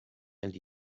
and